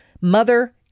Mother